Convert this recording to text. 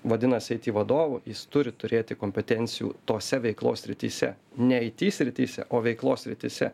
vadinas aiti vadovu jis turi turėti kompetencijų tose veiklos srityse ne aiti srityse o veiklos srityse